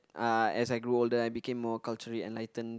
uh as I grew older I became more culturally enlightened